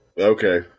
Okay